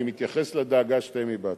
אני מתייחס לדאגה שאתם הבעתם,